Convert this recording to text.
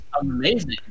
amazing